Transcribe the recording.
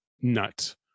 nut